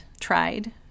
tried